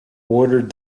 ordered